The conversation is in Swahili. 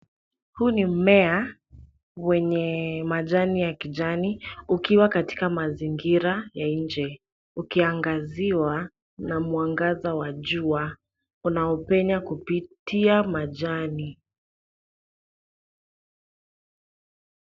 Huu ni mmea wenye majani ya kijani ukiwa katika mazingira ya nje ukiangaziwa na mwangaza wa jua unaopenya kupitia majani.